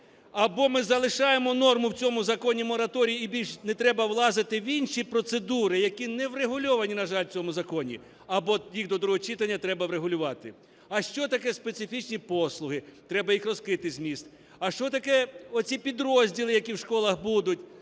Або ми залишаємо норму в цьому законі – мораторій, і більше не треба влазити в інші процедури, які не врегульовані на жаль, в цьому законі, або їх треба до другого читання врегулювати. А що таке специфічні послуги? Треба їх розкрити зміст. А що таке оці підрозділи, які в школах будуть